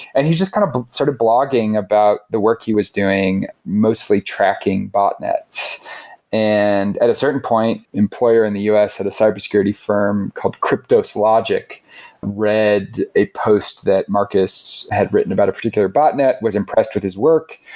and he's just kind of sort of blogging about the work he was doing, mostly tracking botnets and at a certain point, employer in the us, at a cybersecurity firm called kryptos logic read a post that marcus had written about a particular botnet was impressed with his work,